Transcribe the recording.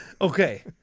Okay